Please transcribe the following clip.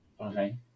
Okay